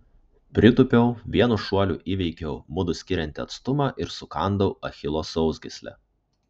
pritūpiau vienu šuoliu įveikiau mudu skiriantį atstumą ir sukandau achilo sausgyslę